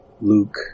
Luke